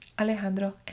Alejandro